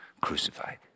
crucified